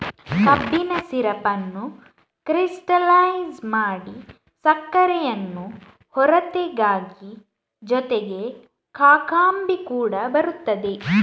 ಕಬ್ಬಿನ ಸಿರಪ್ ಅನ್ನು ಕ್ರಿಸ್ಟಲೈಜ್ ಮಾಡಿ ಸಕ್ಕರೆಯನ್ನು ಹೊರತೆಗೆದಾಗ ಜೊತೆಗೆ ಕಾಕಂಬಿ ಕೂಡ ಬರುತ್ತದೆ